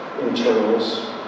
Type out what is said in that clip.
internals